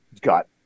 got